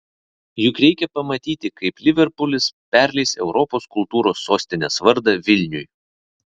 juk reikia pamatyti kaip liverpulis perleis europos kultūros sostinės vardą vilniui